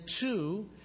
two